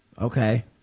Okay